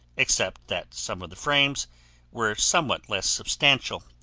except that some of the frames were somewhat less substantial.